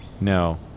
No